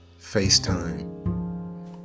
FaceTime